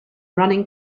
running